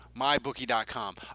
Mybookie.com